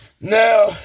Now